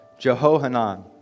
Jehohanan